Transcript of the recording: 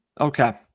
Okay